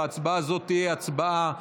וההצבעה הזאת תהיה הצבעה שמית.